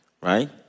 right